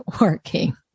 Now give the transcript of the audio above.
working